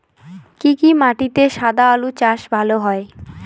কি কি মাটিতে সাদা আলু চাষ ভালো হয়?